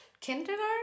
kindergarten